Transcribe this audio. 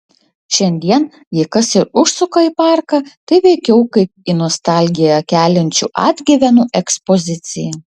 šiandien jei kas ir užsuka į parką tai veikiau kaip į nostalgiją keliančių atgyvenų ekspoziciją